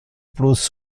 plus